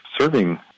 serving